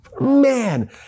Man